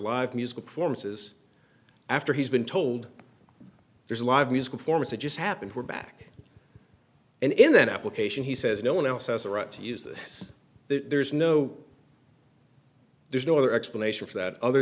live musical performances after he's been told there's a live musical performance that just happened we're back and in that application he says no one else has a right to use this there's no there's no other explanation for that other